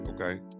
okay